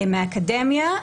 מהאקדמיה,